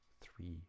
three